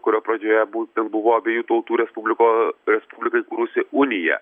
kurio pradžioje būtent buvo abiejų tautų respubliko respubliką įsikūrusi unija